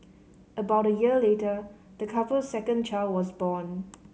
about a year later the couple's second child was born